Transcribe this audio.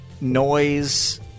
noise